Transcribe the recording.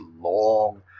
long